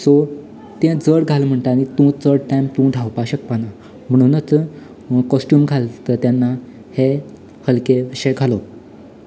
so तें जड घाल म्हणटा आनी तूं चड टायम तूं धांवपाक शकपा ना म्हणूनच कॉस्ट्यूम घालतां तेन्ना हें हलकें अशें घालप